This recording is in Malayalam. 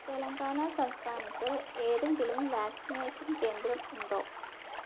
തെലങ്കാന സംസ്ഥാനത്ത് ഏതെങ്കിലും വാക്സിനേഷൻ കേന്ദ്രം ഉണ്ടോ